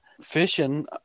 fishing